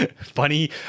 funny